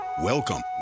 Welcome